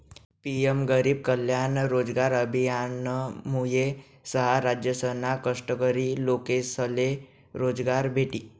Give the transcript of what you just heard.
PM गरीब कल्याण रोजगार अभियानमुये सहा राज्यसना कष्टकरी लोकेसले रोजगार भेटी